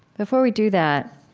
before we do that,